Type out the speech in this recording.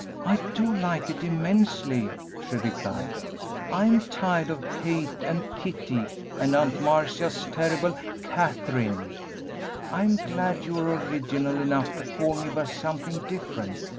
i do like it immensely, she replied i am tired of kate and kittie and aunt marcia's terrible katherine i am glad you are original enough to call me by something different,